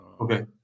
Okay